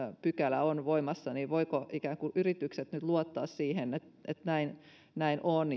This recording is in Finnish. pykälä on voimassa niin voivatko yritykset nyt luottaa siihen että näin näin on